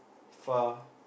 far